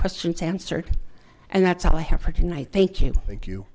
questions answered and that's all i have for tonight thank you thank you